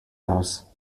house